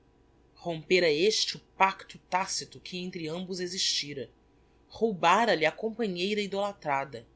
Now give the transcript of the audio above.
mar rompera este o pacto tacito que entre ambos existira roubara lhe a companheira idolatrada